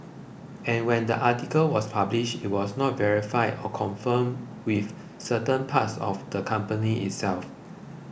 and when the article was published it was not verified or confirmed with certain parts of the company itself